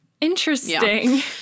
Interesting